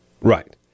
Right